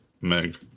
Meg